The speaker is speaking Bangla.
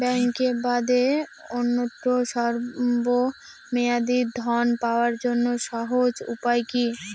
ব্যাঙ্কে বাদে অন্যত্র স্বল্প মেয়াদি ঋণ পাওয়ার জন্য সহজ উপায় কি?